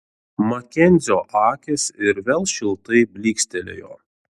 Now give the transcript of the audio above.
makenzio akys ir vėl šiltai blykstelėjo